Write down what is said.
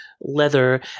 Leather